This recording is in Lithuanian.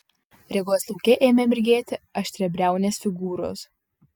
regos lauke ėmė mirgėti aštriabriaunės figūros